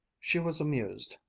she was amused,